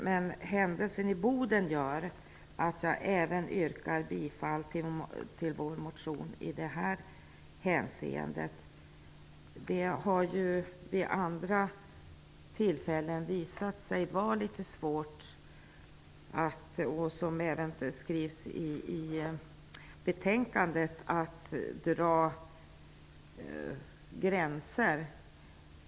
Men händelsen i Boden gör att jag även yrkar bifall till vår motion i detta hänseende. Det har vid andra tillfällen visat sig vara litet svårt, vilket även skrivs i betänkandet, att dra gränser.